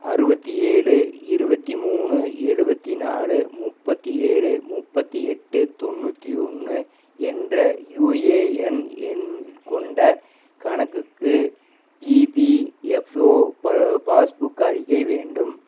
அறுபத்தி ஏழு இருபத்தி மூணு எழுபத்தி நாலு முப்பத்தி ஏழு முப்பத்தி எட்டு தொண்ணூற்றி ஒன்று என்ற யுஏஎன் எண் கொண்ட கணக்குக்கு இபிஎஃப்ஓ பாஸ்புக் அறிக்கை வேண்டும்